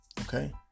Okay